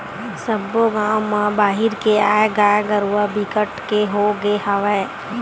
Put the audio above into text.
सब्बो गाँव म बाहिर के आए गाय गरूवा बिकट के होगे हवय